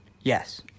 Yes